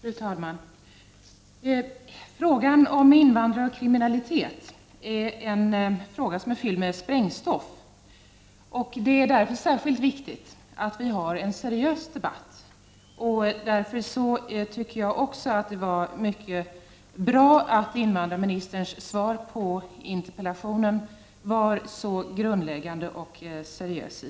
Fru talman! Frågan om invandrare och kriminalitet är en fråga som är fylld med sprängstoff. Det är därför särskilt viktigt att vi har en seriös debatt. Jag tycker att det var mycket bra att invandrarministerns svar på interpellationen var så grundläggande och att hon var så seriös